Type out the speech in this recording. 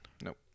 Nope